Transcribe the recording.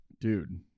Dude